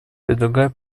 предлагаю